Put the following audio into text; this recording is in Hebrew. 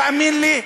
תאמין לי,